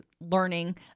learning